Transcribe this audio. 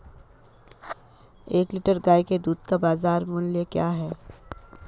एक लीटर गाय के दूध का बाज़ार मूल्य क्या है?